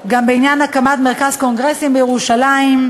גם בעניין הקמת מרכז קונגרסים בירושלים,